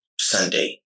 Sunday